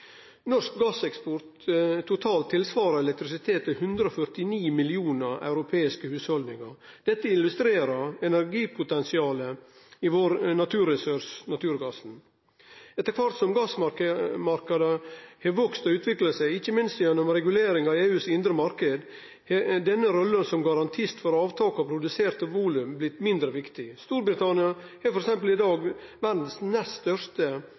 Norsk gasseksport totalt tilsvarer elektrisitet til 149 millionar europeiske hushald. Dette illustrerer energipotensialet i vår naturressurs naturgassen. Etter kvart som gassmarknadene har vakse og utvikla seg – ikkje minst gjennom reguleringar i EUs indre marknad – har denne rolla som garantist for avtak av produserte volum blitt noko mindre viktig. Storbritannia er f.eks. i dag verdas nest største